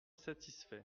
satisfait